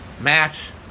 Matt